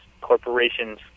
corporations